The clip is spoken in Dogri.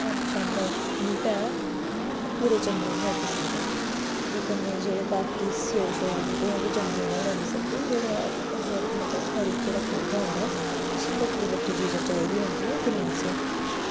अम्ब दा बूह्टा ऐ ओह् पूरे जम्मू ई निं लग्गी सकदा ते कन्नै जेह्के स्येऊ दे बूह्टे ओह्बी जम्मू ई गै लग्गी सकदे जेह्ड़ा ते मतलब हर इक जेह्ड़ा पौधा होंदा उस्सी बक्खरी बक्खरी चीजां चाही दियां होंदियां उग्गने आस्तै